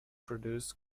produces